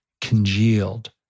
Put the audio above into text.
congealed